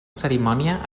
cerimònia